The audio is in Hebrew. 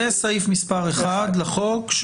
זה סעיף מס' 1 לחוק,